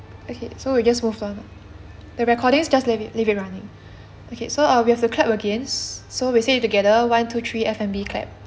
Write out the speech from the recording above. okay so we just move on ah the recordings just let it leave it running okay so uh we have to clap again so we say it together one two three F&B clap